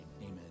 Amen